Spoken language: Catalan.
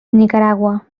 nicaragua